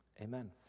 Amen